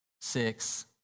six